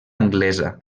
anglesa